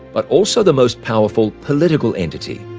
but also the most powerful political entity.